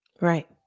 Right